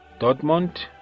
dortmund